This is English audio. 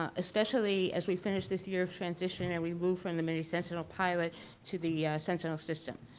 ah especially as we finish this year of transition and we move from the mini-sentinel pilot to the sentinel system.